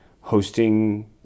hosting